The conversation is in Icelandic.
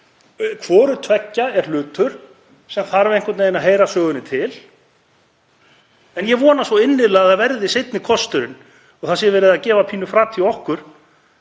Hvort tveggja er hlutur sem þarf einhvern veginn að heyra sögunni til. En ég vona svo innilega að það verði seinni kosturinn og það sé verið að gefa frat í okkur,